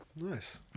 Nice